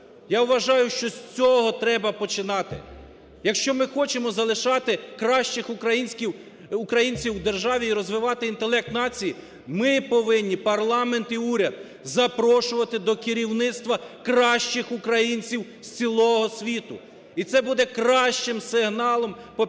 Я вважаю, що з цього треба починати, якщо ми хочемо залишати кращих українців в державі і розвивати інтелект нації, ми повинні, парламент і уряд, запрошувати до керівництва кращих українців з цілого світу. І це буде кращим сигналом по підтримці